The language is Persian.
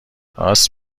راست